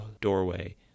doorway